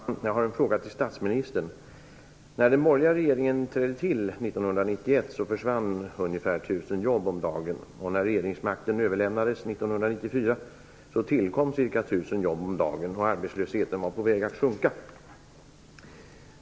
Fru talman! Jag har en fråga till statsministern. När den borgerliga regeringen trädde till 1991 försvann ungefär tusen jobb om dagen. När regeringsmakten överlämnades 1994 tillkom ca tusen jobb om dagen och arbetslösheten var på väg att sjunka.